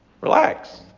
relax